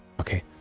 Okay